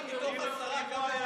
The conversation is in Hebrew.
כמה חברים מתוך העשרה יש לליכוד?